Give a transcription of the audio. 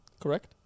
Correct